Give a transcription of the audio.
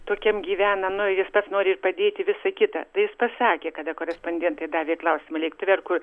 tokiam gyvena nu jis pats nori ir padėti visa kita tai jis pasakė kada korespondentai davė klausimą lėktuve ir kur